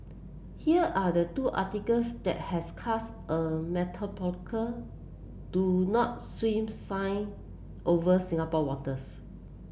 here are the two articles that has cast a metaphorical do not swim sign over Singapore waters